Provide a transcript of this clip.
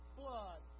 blood